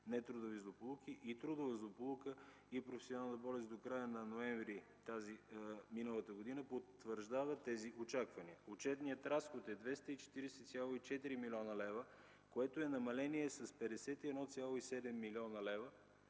нетрудови злополуки и трудова злополука, и професионална болест до края на месец ноември миналата година, потвърждава тези очаквания – отчетният разход е 240,4 млн. лв., което е намаление с 51,7 млн. лв.